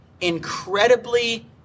incredibly